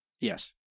Yes